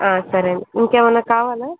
సరే ఇంకేమైనా కావాలా